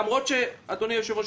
למרות שאדוני היושב-ראש,